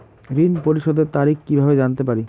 ঋণ পরিশোধের তারিখ কিভাবে জানতে পারি?